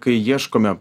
kai ieškome